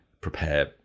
prepare –